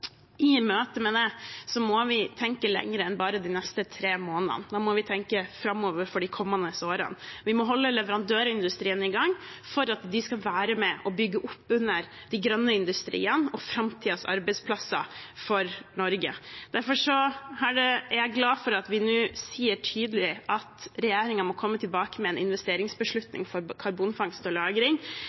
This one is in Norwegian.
I møte med det må vi tenke lenger enn bare de neste tre månedene, da må vi tenke framover for de kommende årene. Vi må holde leverandørindustrien i gang for at de skal være med og bygge opp under de grønne industriene og framtidens arbeidsplasser for Norge. Derfor er jeg glad for at vi nå sier tydelig at regjeringen må komme tilbake med en investeringsbeslutning for karbonfangst og